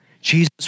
Jesus